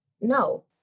no